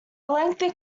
lengthy